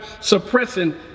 suppressing